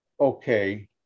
okay